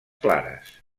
clares